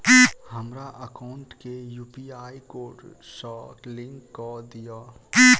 हमरा एकाउंट केँ UPI code सअ लिंक कऽ दिऽ?